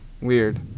weird